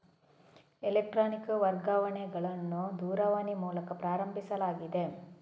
electronic ವರ್ಗಾವಣೆಗಳನ್ನು ದೂರವಾಣಿ ಮೂಲಕ ಪ್ರಾರಂಭಿಸಲಾಗಿದೆ